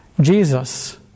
Jesus